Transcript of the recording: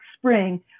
spring